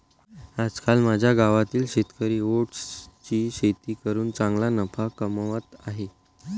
आजकाल माझ्या गावातील शेतकरी ओट्सची शेती करून चांगला नफा कमावत आहेत